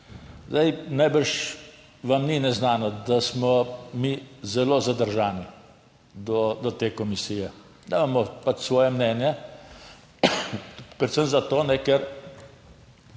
Zdaj najbrž vam ni neznano, da smo mi zelo zadržani do te komisije, da imamo pač svoje mnenje, predvsem zato,